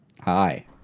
Hi